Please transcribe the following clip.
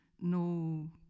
no